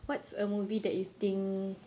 what's a movie that you think